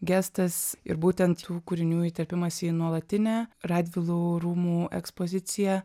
gestas ir būtent tų kūrinių įterpimas į nuolatinę radvilų rūmų ekspoziciją